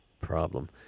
problem